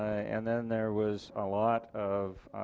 and then there was a lot of